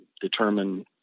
determine